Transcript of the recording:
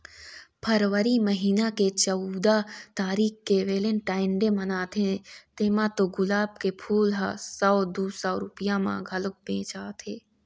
फरवरी महिना के चउदा तारीख के वेलेनटाइन डे मनाथे तेमा तो गुलाब के फूल ह सौ दू सौ रूपिया म घलोक बेचाथे